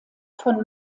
von